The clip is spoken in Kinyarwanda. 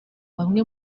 bamwe